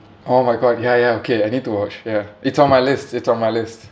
oh my god ya ya okay I need to watch ya it's on my list it's on my list